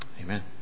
Amen